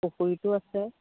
পুখুৰীটো আছে